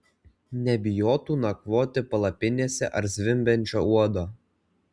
nebijotų nakvoti palapinėse ar zvimbiančio uodo